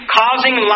causing